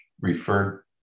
referred